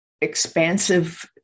expansive